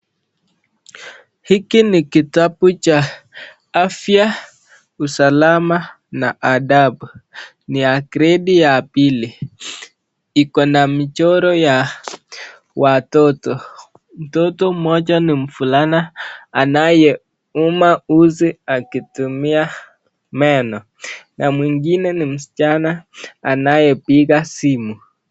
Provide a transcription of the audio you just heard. Hiki ni kitabu cha afya, usalama na adabu ni ya gredi ya pili ikona michoro ya watoto mtoto moja ni mvulana anayeuma uzi akitumia meno na mwingine ni msichana anayepika simu.